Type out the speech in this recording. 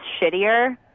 shittier